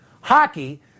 hockey